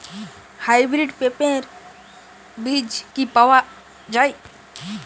Hybrid পেঁপের বীজ কি পাওয়া যায়?